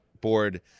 board